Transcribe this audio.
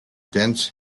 dense